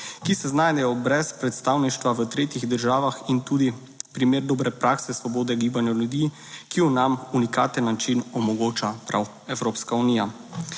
ki se znajdejo brez predstavništva v tretjih državah in tudi primer dobre prakse svobode gibanja ljudi, ki nam unikaten način omogoča prav Evropska unija.